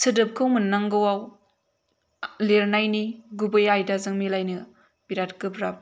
सोदोबखौ मोननांगौआव लिरनायनि गुबै आयदाजों मिलायनो बिरात गोब्राब